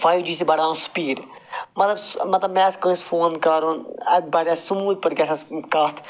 five G چھ بڑاوان speed مَطلَب مَطلَب مےٚ آسہِ کٲنٛسہِ فون کَرُن اتھ بڈٮ۪س سموٗد پٲٹھۍ گَژھٮ۪س کتھ